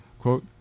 Quote